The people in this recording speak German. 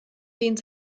dehnt